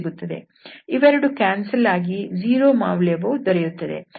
ಇವೆರಡು ಕ್ಯಾನ್ಸಲ್ ಆಗಿ 0 ಮೌಲ್ಯವು ದೊರೆಯುತ್ತದೆ